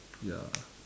ya